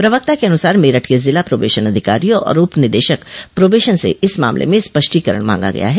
प्रवक्ता के अनुसार मेरठ के जिला प्रोबशन अधिकारी और उप निदेशक प्रोबेशन से इस मामले में स्पष्टीकरण मांगा गया है